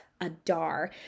Adar